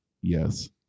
yes